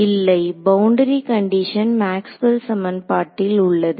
இல்லை boundary condition Maxwell சமன்பாட்டில் Maxwell's equations உள்ளது